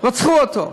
רצחו אותו.